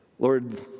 Lord